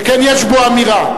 שכן יש בו אמירה.